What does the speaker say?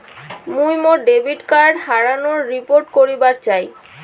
মুই মোর debit card হারানোর রিপোর্ট করিবার চাই